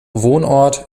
wohnort